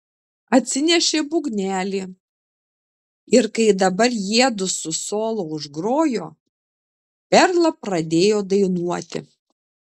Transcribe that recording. atsinešė būgnelį ir kai dabar jiedu su solo užgrojo perla pradėjo dainuoti